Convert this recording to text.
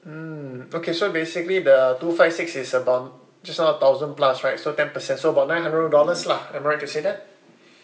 mm okay so basically the two five six is about just now thousand plus right so ten percent so about nine hundred dollars lah am I right to say that